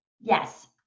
Yes